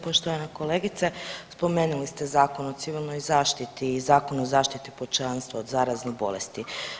Poštovana kolegice, spomenuli ste Zakon o civilnoj zaštiti i Zakon o zaštiti pučanstva od zaraznih bolesti.